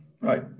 right